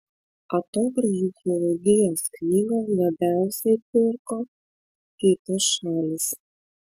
atogrąžų chirurgijos knygą labiausiai pirko kitos šalys